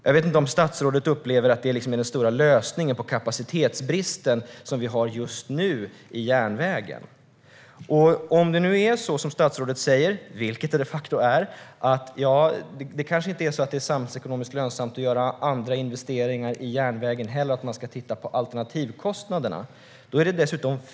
Jag vet inte om statsrådet upplever att det är den stora lösningen på den kapacitetsbrist som vi har just nu på järnvägen. Statsrådet säger att det kanske inte är samhällsekonomiskt lönsamt att göra andra investeringar i järnvägen heller och att man ska titta på alternativkostnaderna. Så är det de facto.